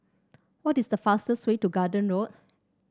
what is the fastest way to Garden Road